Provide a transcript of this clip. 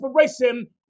inspiration